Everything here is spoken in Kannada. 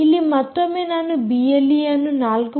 ಇಲ್ಲಿ ಮತ್ತೊಮ್ಮೆ ನಾನು ಬಿಎಲ್ಈಯನ್ನು 4